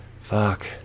Fuck